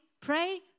pray